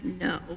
no